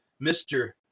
Mr